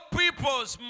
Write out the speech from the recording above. peoples